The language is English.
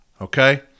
Okay